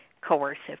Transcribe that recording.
coercive